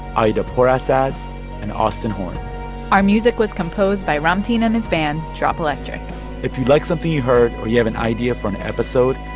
ayda pourasad and austin horn our music was composed by ramtin and his band, drop electric if you'd like something you heard or you have an idea for an episode,